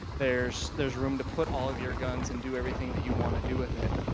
there's there's room to put all of your guns and do everything that you want to do with it.